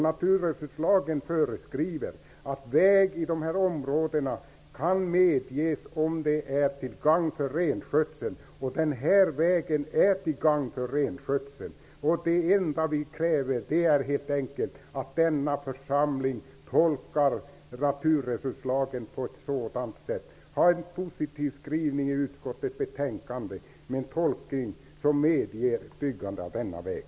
Naturresurslagen föreskriver att väg i de här områdena kan medges om det är till gagn för renskötseln. Den här vägen är till gagn för renskötseln. Det enda vi kräver är att denna församling tolkar naturresurslagen på detta sätt; en positiv skrivning i utskottets betänkande, med en tolkning som medger byggande av denna väg.